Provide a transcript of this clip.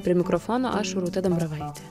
prie mikrofono aš rūta dambravaitė